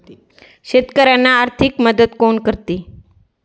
शेतकऱ्यांना आर्थिक मदत कोण करते?